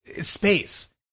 space